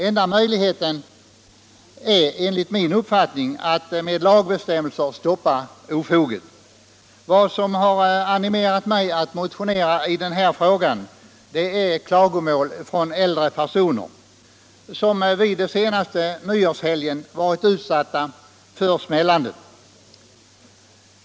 Enda möjligheten är, enligt min uppfattning, att med lagbestämmelser stoppa ofoget. Vad som har animerat mig att motionera i den här frågan är klagomål från äldre personer, som vid den senaste nyårshelgen varit utsatta för smällandet.